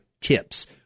tips